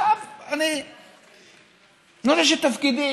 ועכשיו אני מוריש את תפקידי,